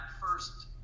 first